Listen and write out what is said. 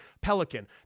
pelican